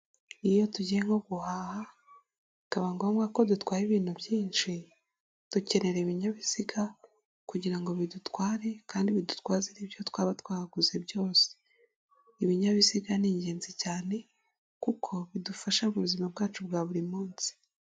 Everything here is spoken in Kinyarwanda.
Iyo tugiye nko guhaha, bikaba ngombwa ko dutwara ibintu byinshi, dukenera ibinyabiziga kugira ngo bidutware kandi bidutwaze n'ibyo twaba twaguze byose. Ibinyabiziga ni ingenzi cyane kuko bidufasha mu buzima bwacu bwa buri munsi.